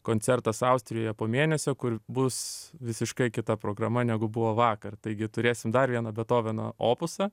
koncertas austrijoje po mėnesio kur bus visiškai kita programa negu buvo vakar taigi turėsim dar vieną bethoveno opusą